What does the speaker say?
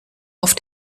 auf